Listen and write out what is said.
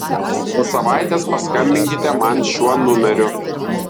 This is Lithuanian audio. po savaitės paskambinkite man šiuo numeriu